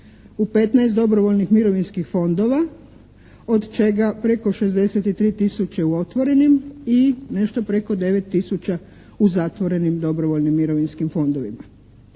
u 15 dobrovoljnih mirovinskih fondova od čega preko 63 tisuće u otvorenim i nešto preko 9 tisuća u zatvorenim dobrovoljnim mirovinskim fondovima.